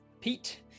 pete